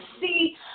see